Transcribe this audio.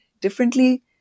differently